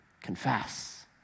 Confess